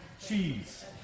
cheese